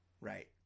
Right